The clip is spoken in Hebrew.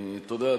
תודה,